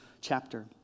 chapter